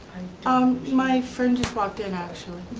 um my friend just walked in actually.